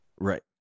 Right